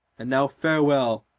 and now farewell,